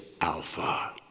Alpha